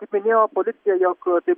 kaip minėjo policija jog tai